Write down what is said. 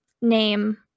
name